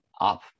up